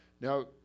Now